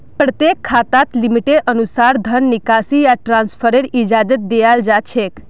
प्रत्येक खाताक लिमिटेर अनुसा र धन निकासी या ट्रान्स्फरेर इजाजत दीयाल जा छेक